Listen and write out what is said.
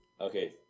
Okay